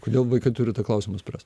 kodėl vaikai turi tą klausimą spręs